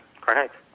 correct